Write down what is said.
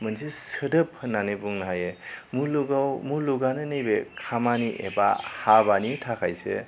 मोनसे सोदोब होन्नानै बुंनो हायो मुलुगाव मुलुगानो नैबे खामानि एबा हाबानि थाखायसो